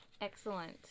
Excellent